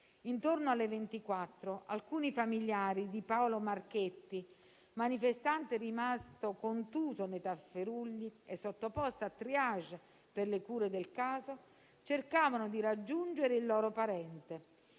Intorno alle ore 24, alcuni familiari di Paolo Marchetti, manifestante rimasto contuso nei tafferugli e sottoposto a *triage* per le cure del caso, cercavano di raggiungere il loro parente,